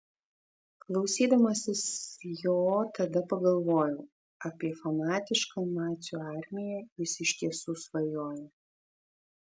klausydamasis jo tada pagalvojau apie fanatišką nacių armiją jis iš tiesų svajoja